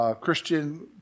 Christian